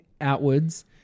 outwards